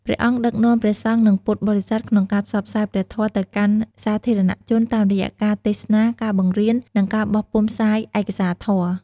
ព្រះអង្គដឹកនាំព្រះសង្ឃ និងពុទ្ធបរិស័ទក្នុងការផ្សព្វផ្សាយព្រះធម៌ទៅកាន់សាធារណជន តាមរយៈការទេសនា ការបង្រៀន និងការបោះពុម្ពផ្សាយឯកសារធម៌។